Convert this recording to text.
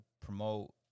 promote